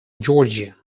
georgia